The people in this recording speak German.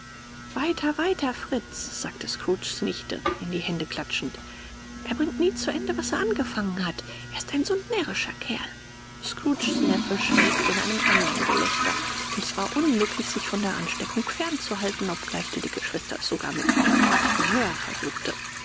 weiter weiter fritz sagte scrooges nichte in die hände klatschend er bringt nie zu ende was er angefangen hat er ist ein so närrischer kerl scrooges neffe schwelgte in einem andern gelächter und es war unmöglich sich von der ansteckung fern zu halten obgleich die dicke schwester es sogar mit quatre voleurs versuchte